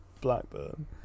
Blackburn